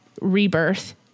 rebirth